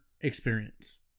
experience